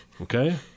okay